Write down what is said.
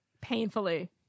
painfully